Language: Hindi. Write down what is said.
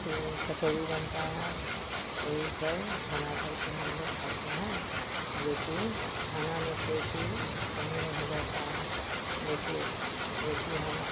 अथी कचौड़ी बनती है यही सब बना करके हमलोग खाते हैं जोकि खाने में कोई चीज़ कमी नहीं रहती है देखिए देखिए हम